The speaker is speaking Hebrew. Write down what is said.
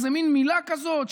איזה מין מילה כזאת,